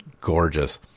gorgeous